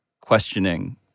questioning